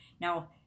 now